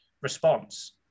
response